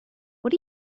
what